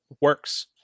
works